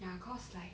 ya cause like